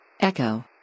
Echo